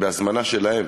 בהזמנה שלהם,